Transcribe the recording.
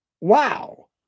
wow